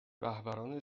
رهبران